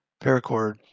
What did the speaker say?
paracord